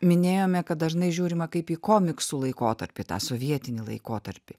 minėjome kad dažnai žiūrima kaip į komiksų laikotarpį tą sovietinį laikotarpį